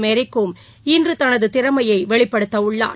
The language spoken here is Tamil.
மேரிகோம் இன்று தனது திறமையை வெளிப்படுத்தவுள்ளார்